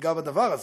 תיגע בדבר הזה,